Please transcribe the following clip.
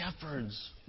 Shepherds